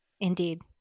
Indeed